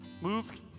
moved